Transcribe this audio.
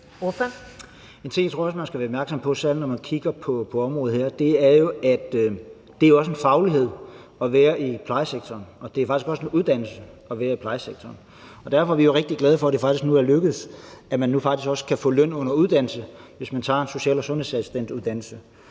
En ting, jeg også tror man skal være opmærksom på, særlig når man kigger på området her, er, at det jo også er en faglighed at være i plejesektoren, og det er faktisk også en uddannelse at være i plejesektoren, og derfor er vi rigtig glade for, at det faktisk nu er lykkedes, at man nu faktisk også kan få løn under uddannelse, hvis man tager en social- og sundhedsassistentuddannelse.